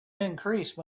increase